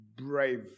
brave